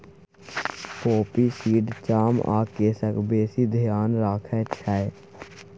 poppy seed चाम आ केसक बेसी धेआन रखै छै